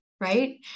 right